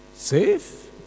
Safe